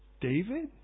David